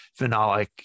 phenolic